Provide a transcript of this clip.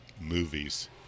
movies